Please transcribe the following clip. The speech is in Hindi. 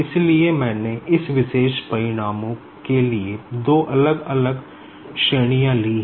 इसलिए मैंने इन विशेष परिणामों के लिए दो अलग अलग श्रेणियां ली हैं